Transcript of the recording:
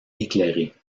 éclairée